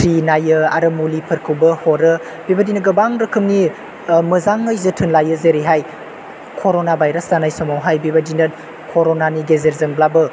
free नायो आरो मुलिफोरखौबो हरो बेबादिनो गोबां रोखोमनि मोजाङै जोथोन लायो जेरैहाय करना भाइरास जानाय समावहाय बेबायदिनो करनानि एजेरजोंब्लाबो